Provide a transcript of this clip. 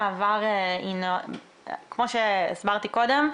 כמו שהסברתי קודם,